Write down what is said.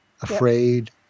afraid